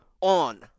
on